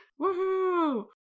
Woohoo